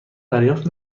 دریافت